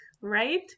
right